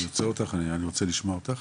סליחה שאני עוצר אותך, אני רוצה לשמוע אותך.